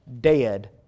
dead